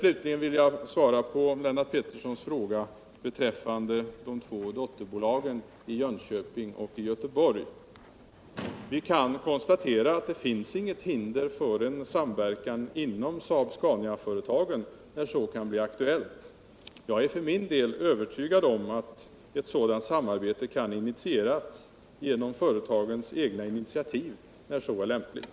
Slutligen vill jag svara på Lennart Petterssons fråga beträffande de två dotterbolagen i Jönköping och Göteborg. Vi kan konstatera att det inte finns något hinder för en samverkan inom Saab-Scaniaföretagen när så kan bli aktuellt. Jag är för min del övertygad om att ett sådant samarbete kan initieras genom företagen själva när så är lämpligt.